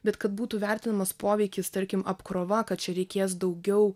bet kad būtų vertinamas poveikis tarkim apkrova kad čia reikės daugiau